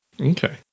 Okay